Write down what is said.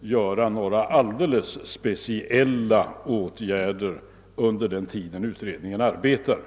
vidta några alldeles speciella åtgärder under den tid utredningen arbetar.